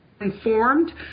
informed